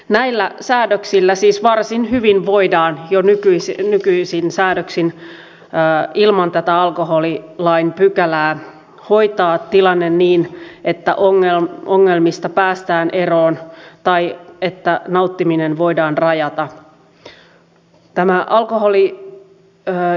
näillä säädöksillä siis varsin hyvin voidaan jo nykyisin säädöksin ilman tätä alkoholilain pykälää hoitaa tilanne niin että ongelmista päästään eroon tai että nauttiminen voidaan rajata